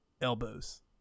Elbows